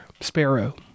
Sparrow